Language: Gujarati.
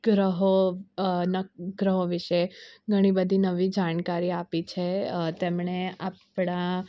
ગ્રહો ના ગ્રહો વિશે ઘણીબધી નવી જાણકારી આપી છે તેમણે આપણા